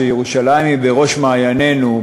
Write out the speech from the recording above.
כשירושלים היא בראש מעיינינו,